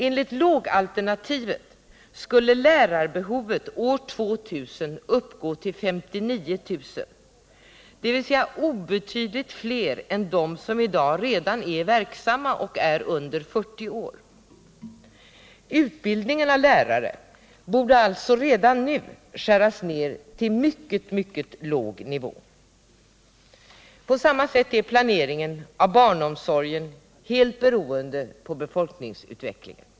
Enligt lågalternativet skulle lärarbehovet år 2000 uppgå till 59 000, dvs. obetydligt fler är de som i dag redan är verksamma och är under 40 år. Utbildningen av lärare borde alltså redan nu skäras ner till mycket, mycket låg nivå. På samma sätt är planeringen av barnomsorgen helt beroende på befolkningsutvecklingen.